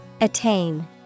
Attain